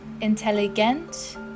intelligent